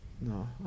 No